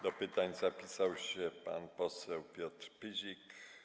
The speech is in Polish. Do pytań zapisał się pan poseł Piotr Pyzik.